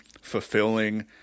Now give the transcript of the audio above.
fulfilling